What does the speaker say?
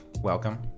welcome